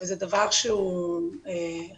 וזה דבר שהוא חדש,